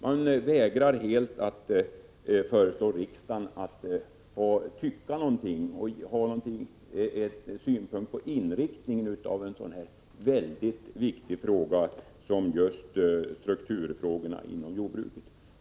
Man vägrar helt att föreslå riksdagen att tycka någonting och ha någon synpunkt på inriktningen av en så väldigt viktig fråga som just strukturfrågan inom jordbruket.